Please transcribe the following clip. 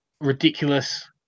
ridiculous